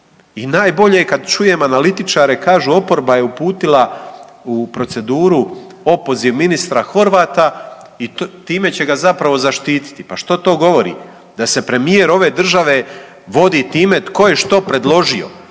I najbolje kad čujem analitičare, kažu oporba je uputila u proceduru opoziv ministra Horvata i time će ga zapravo zaštititi. Pa što to govori? Da se premijer ove države vodi time tko je što predložio